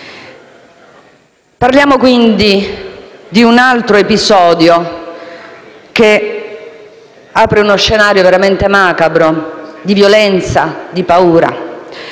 Parliamo quindi di un altro episodio che apre uno scenario veramente macabro di violenza e di paura.